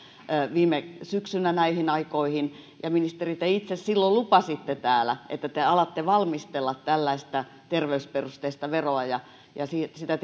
viime syksynä näihin aikoihin ja ministeri te itse silloin lupasitte täällä että te alatte valmistella tällaista terveysperusteista veroa ja ja sitä